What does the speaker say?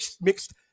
mixed